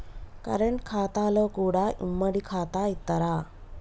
Current ఖాతాలో కూడా ఉమ్మడి ఖాతా ఇత్తరా?